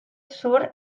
sur